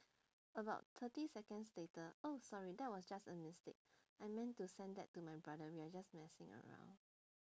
about thirty seconds later oh sorry that was just a mistake I meant to send that to my brother we're just messing around